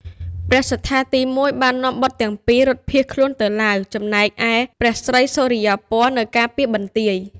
ព្រះសត្ថាទី១ បាននាំបុត្រទាំងពីររត់ភៀសខ្លួនទៅឡាវ ចំណែកឯព្រះស្រីសុរិយោពណ៌នៅការពារបន្ទាយ។